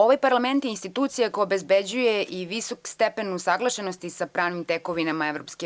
Ovaj parlament je institucija koja obezbeđuje i visok stepen usaglašenosti sa pravnim tekovinama EU.